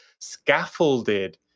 scaffolded